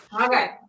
Okay